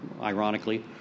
ironically